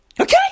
Okay